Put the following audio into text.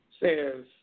Says